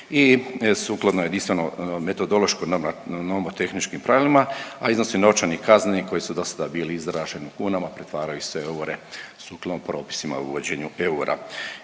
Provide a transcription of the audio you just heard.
i sukladno jedinstveno metodološko nomotehničkim pravilima, a iznosi novčanih kazni koji su dosada bili izraženi u kunama, pretvaraju se u eure sukladno propisima o uvođenju eura.